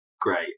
great